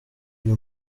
uyu